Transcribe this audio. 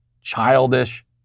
childish